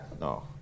No